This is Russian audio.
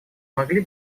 могли